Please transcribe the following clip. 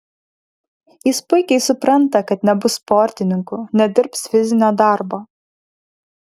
jis puikiai supranta kad nebus sportininku nedirbs fizinio darbo